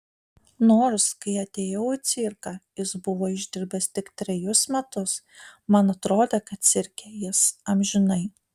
nors kai atėjau į cirką jis buvo išdirbęs tik trejus metus man atrodė kad cirke jis amžinai